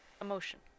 emotion